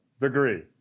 degree